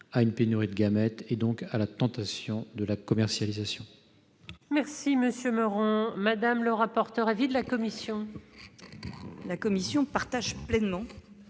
à une pénurie de gamètes et, donc, à la tentation de la commercialisation.